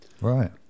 Right